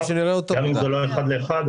גם אם זה לא אחד לאחד